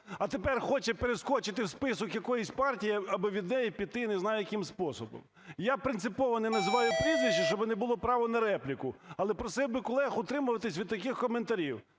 а тепер хоче перескочити в список якоїсь партії аби від неї піти не знаю яким способом. Я принципово не називаю прізвище, щоби не було права на репліку. Але просив би колег утримуватися від таких коментарів.